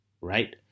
Right